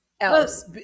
else